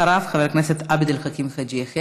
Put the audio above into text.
אחריו, חבר הכנסת עבד אל חכים חאג' יחיא.